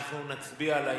אנחנו נצביע על העניין.